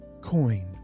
coin